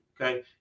Okay